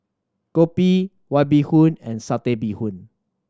kopi White Bee Hoon and Satay Bee Hoon